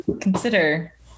consider